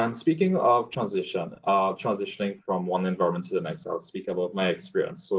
um speaking of transitioning ah transitioning from one environment to the next, i will speak about my experience. so